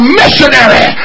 missionary